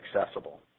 accessible